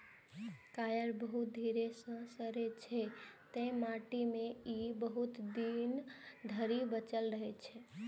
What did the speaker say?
coir बहुत धीरे सं सड़ै छै, तें माटि मे ई बहुत दिन धरि बचल रहै छै